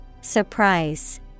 Surprise